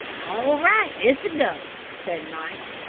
all right, it's a go! said mike.